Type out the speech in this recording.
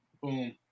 boom